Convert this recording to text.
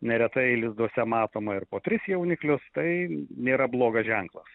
neretai lizduose matoma ir po tris jauniklius tai nėra blogas ženklas